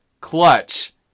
Clutch